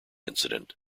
incident